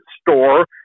store